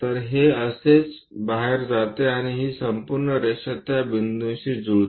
तर हे असेच बाहेर येते आणि ही संपूर्ण रेषा त्या बिंदूशी मिळते